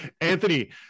Anthony